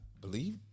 believe